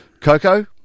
Coco